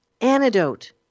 antidote